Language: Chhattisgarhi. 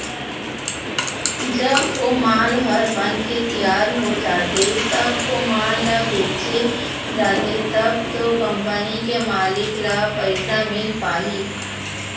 जब ओ माल ह बनके तियार हो जाथे तब ओ माल ल बेंचे जाथे तब तो कंपनी के मालिक ल पइसा मिल पाही